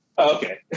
okay